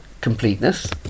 completeness